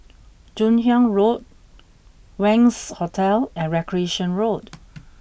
Joon Hiang Road Wangz Hotel and Recreation Road